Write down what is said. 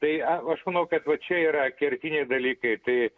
tai aš manau kad va čia yra kertiniai dalykai tai